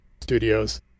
studios